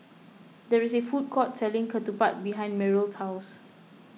there is a food court selling Ketupat behind Merrill's house